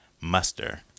muster